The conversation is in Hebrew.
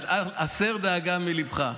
הסר דאגה מליבך.